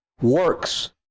works